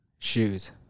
Shoes